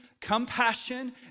compassion